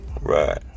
Right